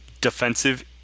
defensive